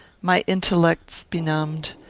my intellects benumbed,